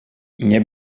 nie